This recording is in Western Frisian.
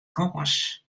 kâns